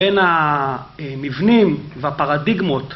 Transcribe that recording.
‫בין המבנים והפרדיגמות.